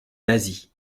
nazis